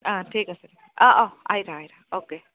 অঁ ঠিক আছে অঁ অঁ আহি থাক আহি থাক অ'কে